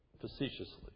facetiously